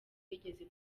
yigeze